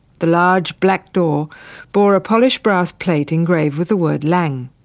the large black door bore a polished brass plate engraved with the word laing.